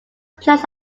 plants